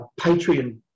Patreon